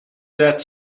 that